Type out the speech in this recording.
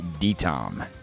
DTOM